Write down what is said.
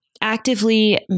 Actively